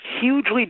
Hugely